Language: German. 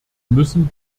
müssen